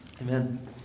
Amen